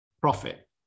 profit